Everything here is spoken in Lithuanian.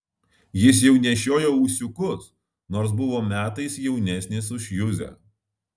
jis jau nešiojo ūsiukus nors buvo metais jaunesnis už juzę